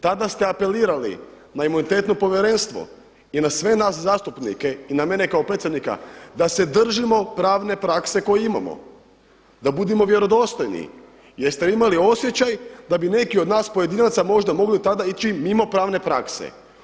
Tada ste apelirali na Imunitetno povjerenstvo i na sve nas zastupnike i na mene kao predsjednika da se držimo pravne prakse koju imamo, da budimo vjerodostojni jer ste imali osjećaj da bi neki od nas pojedinaca možda mogli tada ići mimo pravne prakse.